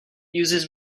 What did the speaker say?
uses